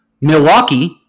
Milwaukee